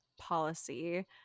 policy